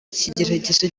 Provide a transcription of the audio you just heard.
ikigeragezo